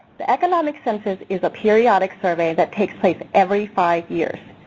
the economic census is a periodic survey that takes place every five years.